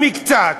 במקצת,